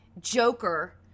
joker